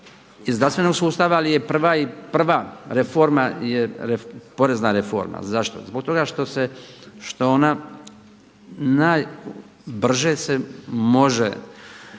zdravstvenog sustava. Ali je prva reforma je porezna reforma. Zašto? Zbog toga što se, zbog toga